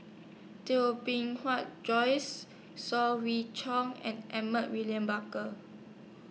Bee Joyce Saw Swee and Edmund William Barker